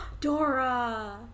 dora